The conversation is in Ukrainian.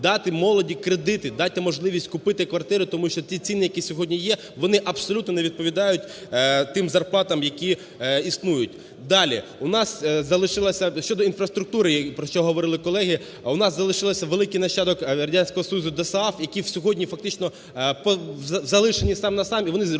Дайте молоді кредити, дайте можливість купити квартири. Тому що ті ціни, які сьогодні є, вони абсолютно не відповідають тим зарплатам, які існують. Далі. У нас залишилась, щодо інфраструктури, про що говорили колеги, у нас залишилась великий нащадок Радянського Союзу – ДОСААФ, які сьогодні фактично залишені сам-на-сам